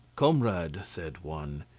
comrade, said one,